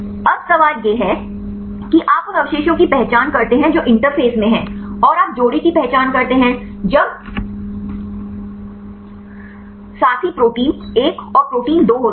अब सवाल यह है कि आप उन अवशेषों की पहचान करते हैं जो इंटरफ़ेस में हैं और आप जोड़े की पहचान करते हैं जब साथी प्रोटीन एक और प्रोटीन दो होते हैं